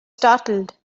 startled